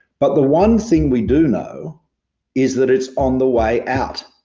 but the one thing we do know is that it's on the way out.